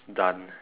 done